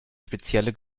spezielle